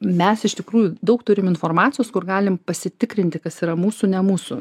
mes iš tikrųjų daug turim informacijos kur galim pasitikrinti kas yra mūsų ne mūsų